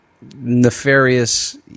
Nefarious